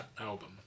album